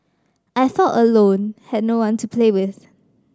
I felt alone had no one to play with